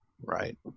Right